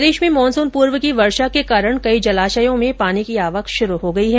प्रदेश में मानसून पूर्व की वर्षा के कारण कई जलाशयों में पानी की आवक शुरू हो गई है